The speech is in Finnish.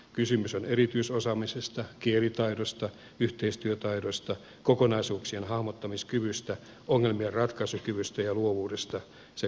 kysymys on erityisosaamisesta kielitaidosta yhteistyötaidoista kokonaisuuksien hahmottamiskyvystä ongelmienratkaisukyvystä ja luovuudesta sen korostamisesta